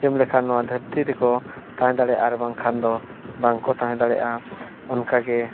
ᱡᱚᱢ ᱞᱮᱠᱷᱟᱱ ᱱᱚᱣᱟ ᱫᱷᱟᱹᱨᱛᱤ ᱨᱮᱠᱚ ᱛᱟᱦᱮᱸ ᱫᱟᱲᱮᱭᱟᱜᱼᱟ ᱟᱨ ᱵᱟᱠᱷᱟᱱ ᱫᱚ ᱵᱟᱝᱠᱚ ᱛᱟᱦᱮᱸ ᱫᱟᱲᱮᱭᱟᱜᱼᱟ ᱚᱱᱠᱟᱜᱮ